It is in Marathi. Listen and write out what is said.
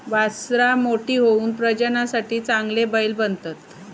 वासरां मोठी होऊन प्रजननासाठी चांगले बैल बनतत